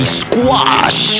squash